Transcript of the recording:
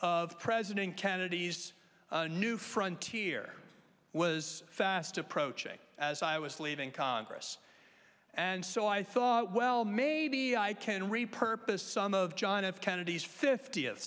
of president kennedy's new frontier was fast approaching as i was leaving congress and so i thought well maybe i can repurpose some of john f kennedy's fiftieth